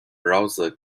browser